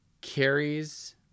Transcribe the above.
carries